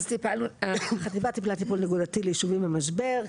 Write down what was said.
אז החטיבה טיפלה טיפול נקודתי בישובים במשבר,